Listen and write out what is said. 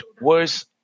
words